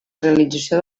realització